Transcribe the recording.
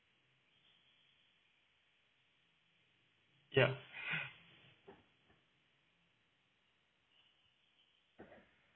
ya